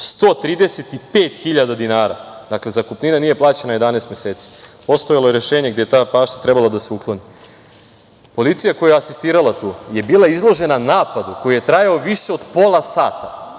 hiljada dinara, zakupnina nije plaćena 11 meseci, postojalo je rešenje gde je ta bašta trebalo da se ukloni. Policija koja je asistirala tu je bila izložena napadu koji je trajao više od pola sata.